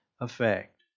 effect